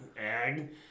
ag